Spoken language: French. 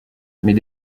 mais